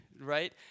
right